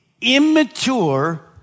immature